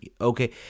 okay